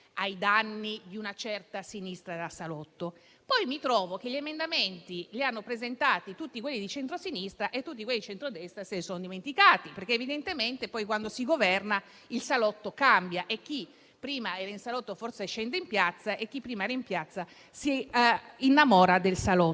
ai danni di una certa sinistra da salotto. Poi osservo che gli emendamenti li hanno presentati tutti quelli di centrosinistra e tutti quelli di centrodestra se ne sono dimenticati, perché evidentemente poi, quando si governa, il salotto cambia e chi prima era in salotto forse scende in piazza e chi prima era in piazza si innamora del salotto.